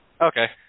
okay